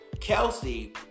Kelsey